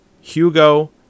Hugo